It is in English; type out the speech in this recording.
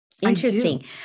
interesting